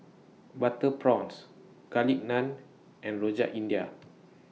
Butter Prawns Garlic Naan and Rojak India